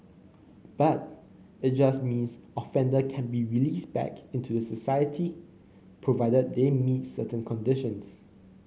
but it just means offender can be released back into society provided they meet certain conditions